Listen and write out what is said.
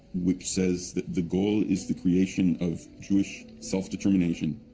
which says that the goal is the creation of jewish self-determination,